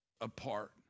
apart